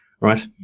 right